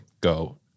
go